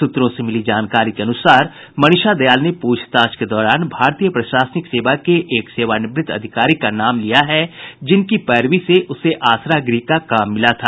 सूत्रों से मिली जानकारी के अनुसार मनीषा दयाल ने पूछताछ के दौरान भारतीय प्रशासनिक सेवा के एक सेवानिव्रत अधिकारी का नाम लिया है जिनकी पैरवी से उसे आसरा गृह का काम मिला था